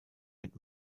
mit